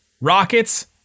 Rockets